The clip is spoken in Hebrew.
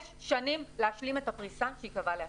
שנים להשלים את הפריסה שהיא קבעה לעצמה.